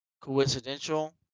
coincidental